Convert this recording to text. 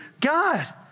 God